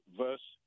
verse